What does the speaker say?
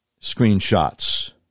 screenshots